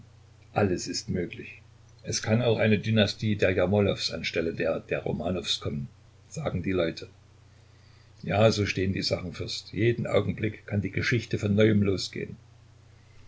alles ist möglich es kann auch eine dynastie der jermolows anstelle der der romanows kommen sagen die leute ja so stehen die sachen fürst jeden augenblick kann die geschichte von neuem losgehen